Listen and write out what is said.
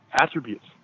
attributes